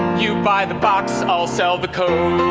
you buy the box i'll sell the code.